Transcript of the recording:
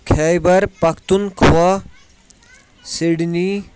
Khyber Pakhtunkhwa Sydney